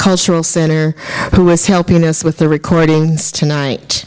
cultural center who is helping us with the recordings tonight